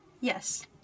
Yes